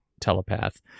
telepath